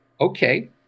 okay